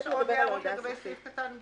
יש עוד הערות לגבי סעיף קטן (ב)?